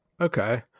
okay